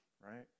Right